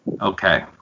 Okay